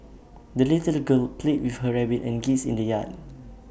the little girl played with her rabbit and geese in the yard